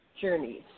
journeys